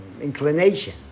inclination